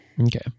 Okay